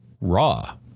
RAW